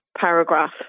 paragraph